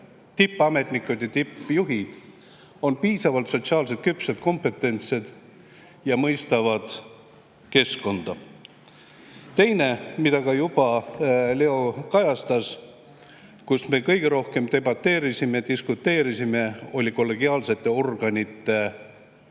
tippametnikud ja tippjuhid piisavalt sotsiaalselt küpsed, kompetentsed ja mõistavad keskkonda. Teine, mida ka Leo juba kajastas ja mille üle me kõige rohkem debateerisime, diskuteerisime, oli kollegiaalsete organite